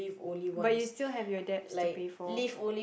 but you still have your debts to pay for